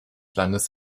landes